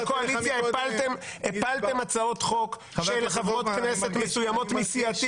אתם בקואליציה הפלתם הצעות חוק של חברות כנסת מסוימות מסיעתי